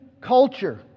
culture